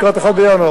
לקראת 1 בינואר.